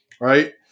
right